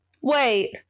wait